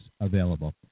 available